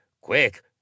Quick